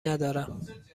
ندارم